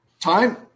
Time